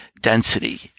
density